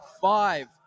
five